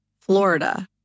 florida